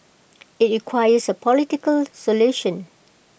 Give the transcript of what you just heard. IT requires A political solution